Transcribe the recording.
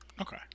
okay